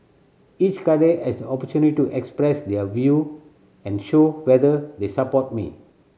each cadre has the opportunity to express their view and show whether they support me